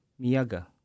Miyaga